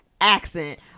accent